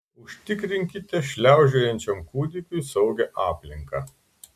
užtikrinkite šliaužiojančiam kūdikiui saugią aplinką